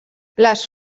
les